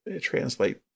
translate